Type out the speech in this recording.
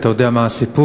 אתה יודע מה הסיפור,